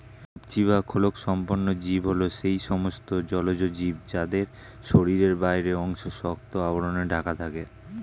কবচী বা খোলকসম্পন্ন জীব হল সেই সমস্ত জলজ জীব যাদের শরীরের বাইরের অংশ শক্ত আবরণে ঢাকা থাকে